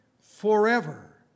forever